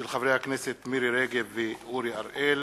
הצעת חברי הכנסת מירי רגב ואורי אריאל.